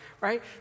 Right